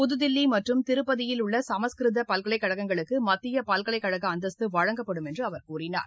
புதுதில்லி மற்றும் திருப்பதியில் உள்ள சமஸ்கிருத பல்கலைக்கழகங்களுக்கு மத்திய பல்கலைக்கழக அந்தஸ்து வழங்கப்படும் என்ற அவர் கூறினார்